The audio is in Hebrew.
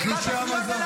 בתלושי המזון.